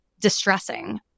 distressing